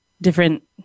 different